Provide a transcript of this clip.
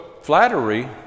flattery